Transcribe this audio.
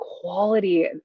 quality